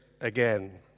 again